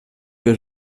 que